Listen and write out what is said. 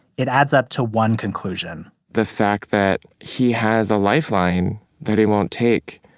it adds up to one conclusion the fact that he has a lifeline that he won't take,